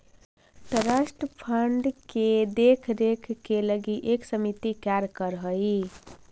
trust fund के देख रेख के लगी एक समिति कार्य कर हई